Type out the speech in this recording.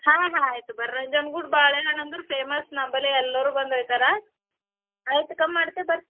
ಹಾಂ ಹಾಂ ಹಾಂ ಆಯಿತು ಬರ್ರೀ ನಂಜನ್ಗೂಡು ಬಾಳೆಹಣ್ಣು ಅಂದ್ರೆ ಫೇಮಸ್ ನಂಬಲ್ಲಿ ಎಲ್ಲರೂ ಬಂದು ಒಯ್ತಾರೆ ಆಯಿತು ಕಮ್ಮಿ ಮಾಡ್ತೇವೆ ಬರ್ರೀ